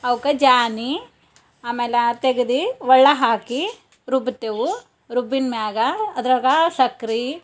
ಅವಕ್ಕೆ ಜಾನಿ ಆಮೇಲೆ ತೆಗೆದು ಒಳ್ಳಾಗ ಹಾಕಿ ರುಬ್ತೇವೆ ರುಬ್ಬಿದ್ಮ್ಯಾಗ ಅದ್ರಗಾಳು ಸಕ್ರೆ